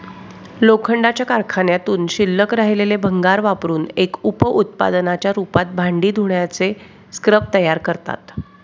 लोखंडाच्या कारखान्यातून शिल्लक राहिलेले भंगार वापरुन एक उप उत्पादनाच्या रूपात भांडी धुण्याचे स्क्रब तयार करतात